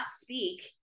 speak